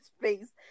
face